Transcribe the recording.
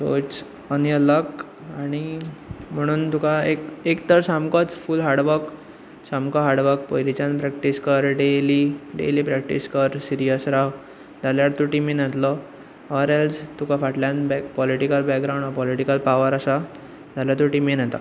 so it's on your luck आनी म्हणून तुका एक तर सामकोच फूल हार्डवर्क पयलींच्यान प्रेक्टीस कर डेली डेली प्रेक्टीस कर सिरियस राव जाल्यार तूं टिमींत येतलो ऑर एल्स तुका फाटल्यान पॉलिटीकल बॅकग्रांवड पॉलिटीकल पावर आसा जाल्यार तूं टिमींत येता